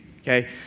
Okay